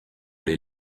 les